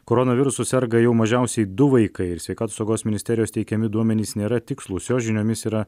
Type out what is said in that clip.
koronavirusu serga jau mažiausiai du vaikai ir sveikatos saugos ministerijos teikiami duomenys nėra tikslūs jos žiniomis yra